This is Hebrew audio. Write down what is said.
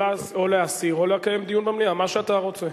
או להסיר או לקיים דיון במליאה, מה שאתה רוצה.